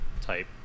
type